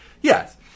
yes